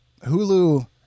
Hulu